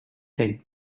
thing